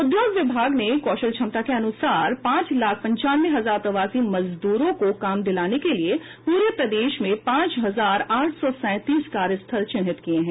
उद्योग विभाग ने कौशल क्षमता के अनुसार पांच लाख पंचानवे हजार प्रवासी मजदूरों को काम दिलाने के लिए पूरे प्रदेश में पांच हजार आठ सौ सैंतीस कार्यस्थल चिन्हित किये हैं